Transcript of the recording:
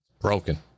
Broken